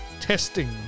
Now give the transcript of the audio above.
testing